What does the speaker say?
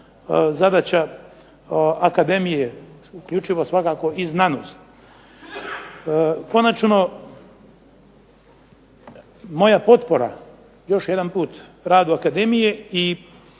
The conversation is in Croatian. zadaća Akademije uključivo svakako i znanost. Konačno, moja potpora još jedan put radu Akademije i